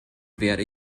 werde